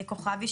כוכבי,